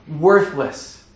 worthless